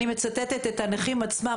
אני מצטטת את הנכים עצמם,